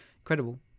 incredible